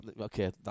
Okay